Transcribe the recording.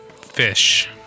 Fish